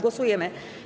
Głosujemy.